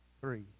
three